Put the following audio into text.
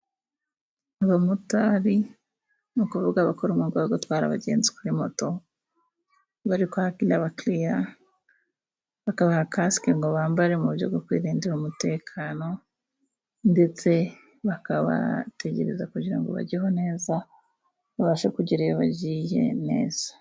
Abamotari ni ukuvuga abakora umuga wo gutwara abagenzi kuri moto, bari kwakira abakiriya bakabaha kasike ngo bambare mu buryo bwo kwirindira umutekano ,ndetse bakabategereza kugira bajyeho neza babashe kugera iyo bagiye neza.